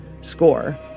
score